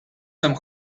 some